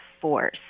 force